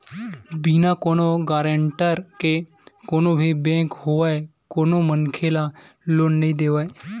बिना कोनो गारेंटर के कोनो भी बेंक होवय कोनो मनखे ल लोन नइ देवय